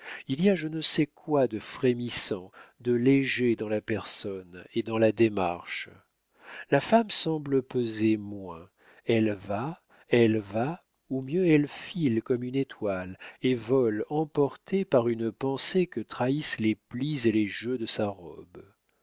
il y a je ne sais quoi de frémissant de léger dans la personne et dans la démarche la femme semble peser moins elle va elle va ou mieux elle file comme une étoile et vole emportée par une pensée que trahissent les plis et les jeux de sa robe